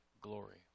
glory